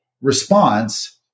response